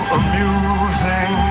amusing